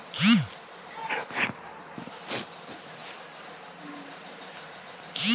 technology माध्यमसँ food security संगे supply chain सेहो बनाएल जाइ छै